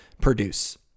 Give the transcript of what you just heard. produce